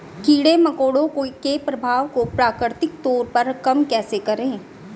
कीड़े मकोड़ों के प्रभाव को प्राकृतिक तौर पर कम कैसे करें?